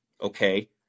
Okay